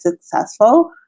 successful